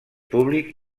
públic